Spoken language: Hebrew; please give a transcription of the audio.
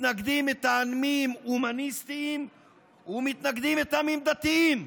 מתנגדים מטעמים הומניסטיים ומתנגדים מטעמים דתיים.